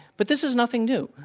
but this is nothing new.